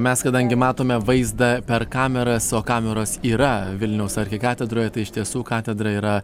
mes kadangi matome vaizdą per kameras o kameros yra vilniaus arkikatedroje tai iš tiesų katedra yra